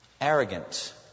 Arrogant